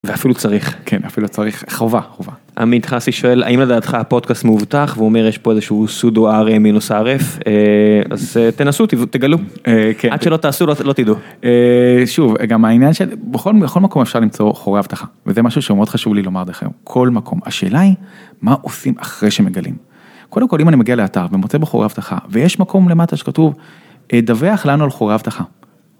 ואפילו צריך. כן אפילו צריך חובה, חובה. עמית חסי שואל האם לדעתך הפודקאסט מאובטח ואומר יש פה איזשהו סודו rm-rf אז תנסו, תגלו עד שלא תעשו, לא תדעו. שוב רגע מה העניין של בכל מקום אפשר למצוא חורי אבטחה, וזה משהו שהוא מאוד חשוב לי לומר לכם כל מקום, השאלה היא מה עושים אחרי שמגלים. קודם כל אם אני מגיע לאתר, ומוצא בחורי אבטחה ויש מקום למטה שכתוב דווח לנו על חורי אבטחה.